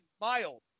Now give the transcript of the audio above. mild